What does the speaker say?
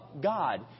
God